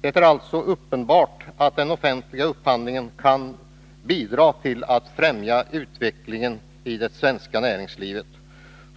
Det är alltså uppenbart att den offentliga upphandlingen kan bidra till att främja utvecklingen i det svenska näringslivet.